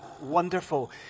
wonderful